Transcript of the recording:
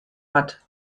hat